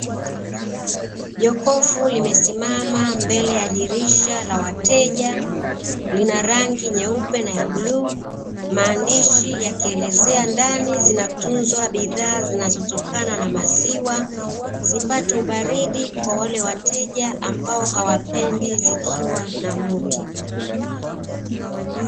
Jokofu limesimama mbele ya dirisha la wateja, lina rangi nyeupe na ya bluu, maandishi yakielezea ndani zinatunzwa bidhaa zinazotokana na maziwa, zipate ubaridi kwa wale wateja ambao hawapendi zikiwa na moto.